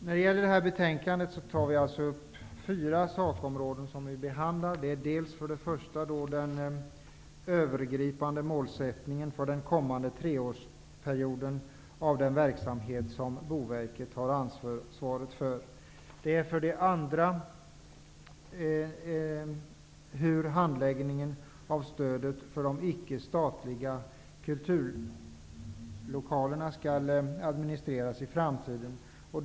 I det aktuella betänkandet tar vi upp fyra sakområden, för det första den övergripande målsättningen under den kommande treårsperioden för den verksamhet som Boverket har ansvar för. För det andra behandlas hur statens stöd till ickestatliga kulturlokaler skall administreras i framtiden.